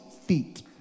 feet